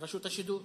ברשות השידור.